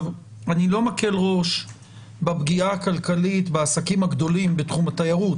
אני לא מקל ראש בפגיעה הכלכלית בעסקים הגדולים בתחום התיירות,